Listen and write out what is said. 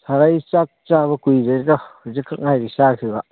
ꯁꯥꯔ ꯑꯩ ꯆꯥꯛ ꯆꯥꯕ ꯀꯨꯏꯗ꯭ꯔꯤꯗ ꯍꯧꯖꯤꯛ ꯈꯛ ꯉꯥꯏꯔꯤ ꯆꯥꯈꯤꯕ